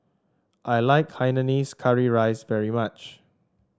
I like Hainanese Curry Rice very much